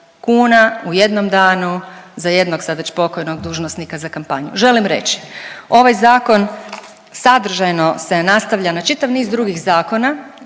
kuna u jednom danu za jednog sad već pokojnog dužnosnika za kampanju. Želim reći ovaj zakon sadržajno se nastavlja na čitav niz drugih zakona